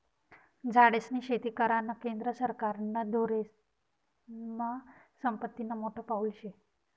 झाडेस्नी शेती करानं केंद्र सरकारना धोरनमा संपत्तीनं मोठं पाऊल शे